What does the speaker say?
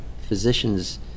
physicians